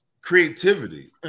creativity